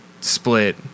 split